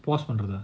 forced onto them